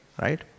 right